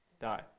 die